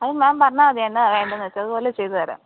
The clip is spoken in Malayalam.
അത് മാം പറഞ്ഞാൽ മതി എന്താണ് വേണ്ടതെന്ന് വെച്ചാൽ അതുപോലെ ചെയ്ത് തരാം